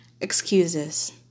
excuses